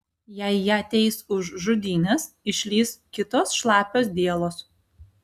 jei ją teis už žudynes išlįs kitos šlapios dielos